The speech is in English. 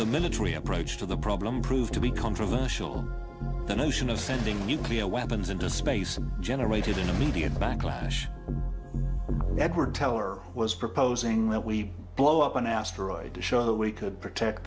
the military approach to the problem proved to be controversial the notion of sending nuclear weapons into space and generated an immediate backlash edward teller was proposing that we blow up an asteroid to show that we could protect